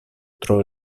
tro